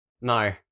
No